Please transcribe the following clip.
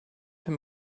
him